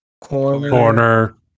corner